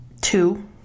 Two